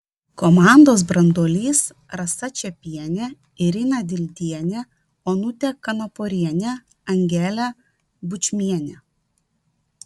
komandos branduolys rasa čepienė irina dildienė onutė kanaporienė angelė bučmienė